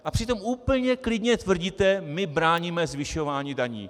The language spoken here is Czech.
A přitom úplně klidně tvrdíte: My bráníme zvyšování daní.